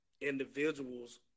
individuals